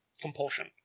compulsion